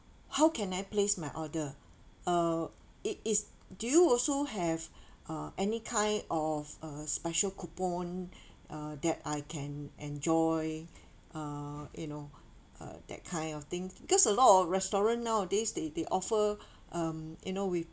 how can I place my order uh it is do you also have uh any kind of uh special coupon uh that I can enjoy uh you know uh that kind of thing because a lot of restaurant nowadays they they offer um you know with